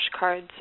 flashcards